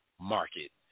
market